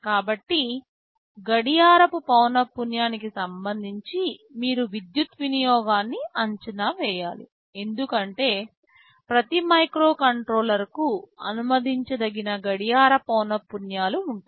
కాబట్టి గడియారపు పౌనపున్యానికి సంబంధించి మీరు విద్యుత్ వినియోగాన్ని అంచనా వేయాలి ఎందుకంటే ప్రతి మైక్రోకంట్రోలర్కు అనుమతించదగిన గడియార పౌనపున్యాలు ఉంటాయి